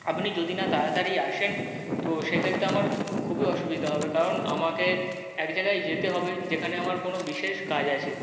আপনি যদি না তাড়াতাড়ি আসেন তো সেক্ষেত্রে আমার খুবই অসুবিধা হবে কারণ আমাকে এক জায়গায় যেতে হবে যেখানে আমার কোনো বিশেষ কাজ আছে